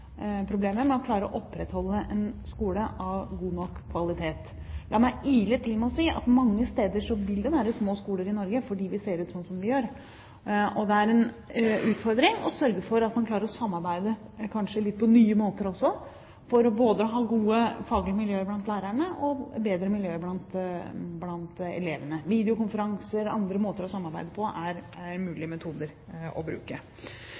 med å klare å opprettholde en skole av god nok kvalitet. La meg ile til med å si at mange steder i Norge vil det være små skoler fordi landet ser ut som det gjør, og det er en utfordring å sørge for at man klarer å samarbeide på litt nye måter for både å ha gode faglige miljøer blant lærerne og bedre miljøer blant elevene. Videokonferanser og andre måter å samarbeide på er mulige metoder å bruke.